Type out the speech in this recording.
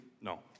No